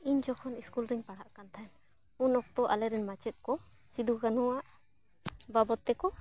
ᱤᱧ ᱡᱚᱠᱷᱚᱱ ᱤᱥᱠᱩᱞ ᱨᱤᱧ ᱯᱟᱲᱦᱟᱜ ᱠᱟᱱ ᱛᱟᱦᱮᱱ ᱩᱱ ᱚᱠᱛᱚ ᱟᱞᱮᱨᱮᱱ ᱢᱟᱪᱮᱫ ᱠᱚ ᱥᱤᱫᱩ ᱠᱟᱱᱩᱣᱟᱜ ᱵᱟᱵᱚᱛ ᱛᱮᱠᱚ